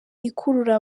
ikurura